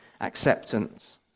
acceptance